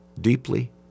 deeply